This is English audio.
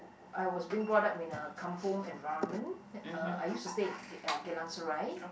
I was being brought up in a kampung environment uh I used to stay in uh Geylang Serai